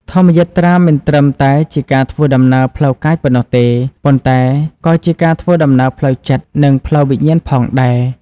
ធម្មយាត្រាមិនត្រឹមតែជាការធ្វើដំណើរផ្លូវកាយប៉ុណ្ណោះទេ ប៉ុន្តែក៏ជាការធ្វើដំណើរផ្លូវចិត្ត និងផ្លូវវិញ្ញាណផងដែរ។